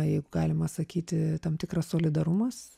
jeigu galima sakyti tam tikras solidarumas